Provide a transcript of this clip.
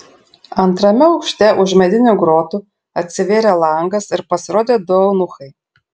antrame aukšte už medinių grotų atsivėrė langas ir pasirodė du eunuchai